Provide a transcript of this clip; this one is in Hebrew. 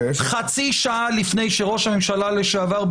חצי שעה לפני שראש הממשלה לשעבר,